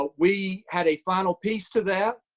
ah we had a final piece to that.